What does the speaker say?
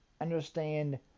understand